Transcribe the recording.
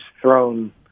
thrown